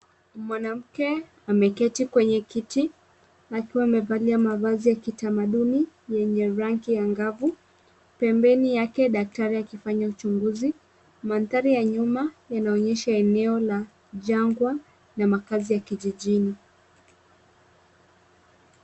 Mwanamke ameketi kwenye kiti akiwa amevalia mavazi ya kitamaduni yenye rangi angavu, pembeni yake daktari akifanya uchunguzi, mandhari ya nyuma yanaonyesha eneo la jangwa la makaazi ya kijijini.